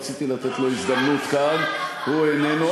רציתי לתת לו הזדמנות כאן, הוא איננו.